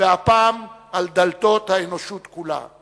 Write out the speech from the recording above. והפעם על דלתות האנושות כולה.